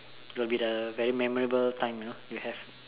will be the very memorable time you know you have